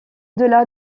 delà